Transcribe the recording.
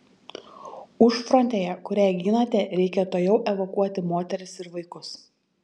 užfrontėje kurią ginate reikia tuojau evakuoti moteris ir vaikus